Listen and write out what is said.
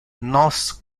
nos